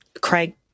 Craig